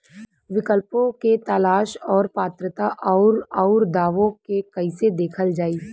विकल्पों के तलाश और पात्रता और अउरदावों के कइसे देखल जाइ?